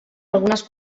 algunes